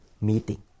meeting